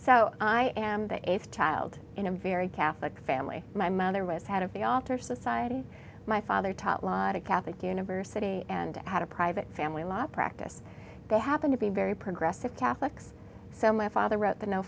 so i am the eighth child in a very catholic family my mother was head of the altar society my father taught lot of catholic university and had a private family law practice they happen to be very progressive catholics so my father wrote the no